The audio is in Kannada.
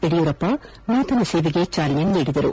ಯಡಿಯೂರಪ್ಪ ನೂತನ ಸೇವೆಗೆ ಚಾಲನೆ ನೀಡಿದರು